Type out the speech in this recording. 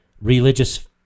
religious